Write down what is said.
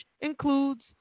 includes